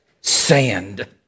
sand